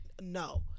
no